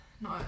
No